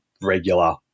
regular